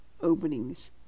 openings